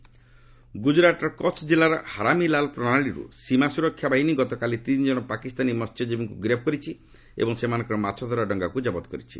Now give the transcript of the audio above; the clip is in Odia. ପ୍ରାକ୍ ଫିସରମ୍ୟାନ ଗୁଜୁରାଟ୍ର କଚ୍ ଜିଲ୍ଲାର ହରାମୀଲାଲା ପ୍ରଣାଳୀରୁ ସୀମା ସୁରକ୍ଷା ବାହିନୀ ଗତକାଲି ତିନିଜଣ ପାକିସ୍ତାନୀ ମହଜୀବୀକୁ ଗିରଫ କରିଛି ଏବଂ ସେମାନଙ୍କର ମାଛଧରା ଡଙ୍ଗାକୁ ଜବତ କରିଛି